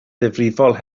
ddifrifol